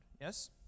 Yes